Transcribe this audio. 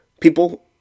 people